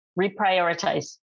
reprioritize